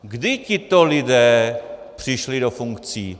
Kdy tito lidé přišli do funkcí?